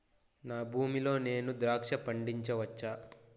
నా భూమి లో నేను ద్రాక్ష పండించవచ్చా?